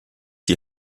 die